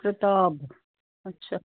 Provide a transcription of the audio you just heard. ਪ੍ਰਤਾਪ ਅੱਛਾ